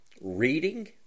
reading